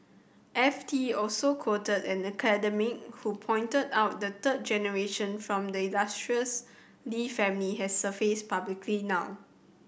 F T also quoted an academic who pointed out the third generation from the illustrious Lee family has surfaced publicly now